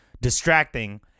distracting